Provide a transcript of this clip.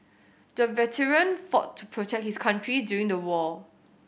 the veteran fought to protect his country during the war